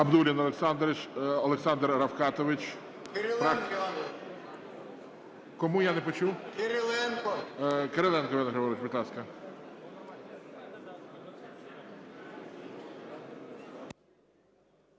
Кириленко Іван Григорович, будь ласка.